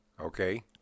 Okay